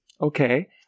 okay